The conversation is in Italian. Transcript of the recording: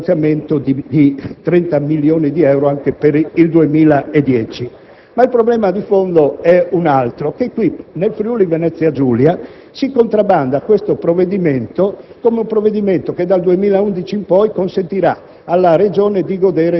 dello stanziamento di 30 milioni di euro anche per il 2010. Ma il problema di fondo è un altro. Nel Friuli-Venezia Giulia si contrabbanda questo provvedimento come un provvedimento che dal 2011 in poi consentirà